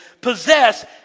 possess